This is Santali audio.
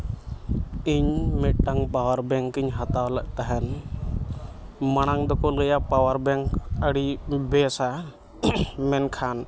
ᱤᱧ ᱢᱤᱫᱴᱟᱝ ᱯᱟᱣᱟᱨ ᱵᱮᱝᱠ ᱤᱧ ᱦᱟᱛᱟᱣ ᱞᱮᱫ ᱛᱟᱦᱮᱱ ᱢᱟᱲᱟᱝ ᱫᱚᱠᱚ ᱞᱟᱹᱭᱟ ᱯᱟᱣᱟᱨ ᱵᱮᱝᱠ ᱟᱹᱰᱤ ᱵᱮᱥᱟ ᱢᱮᱱᱠᱷᱟᱱ